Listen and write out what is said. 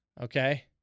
Okay